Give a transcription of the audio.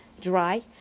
dry